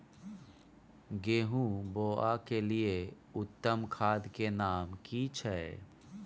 गेहूं बोअ के लिये उत्तम खाद के नाम की छै?